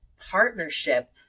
partnership